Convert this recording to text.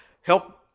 help